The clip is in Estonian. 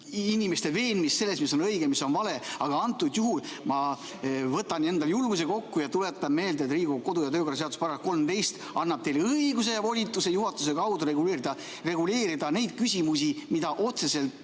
inimesi veenda selles, mis on õige, mis on vale. Aga praegu ma võtan enda julguse kokku ja tuletan meelde, et Riigikogu kodu- ja töökorra seaduse § 13 annab teile õiguse ja volituse juhatuse kaudu reguleerida neid küsimusi, mida otseselt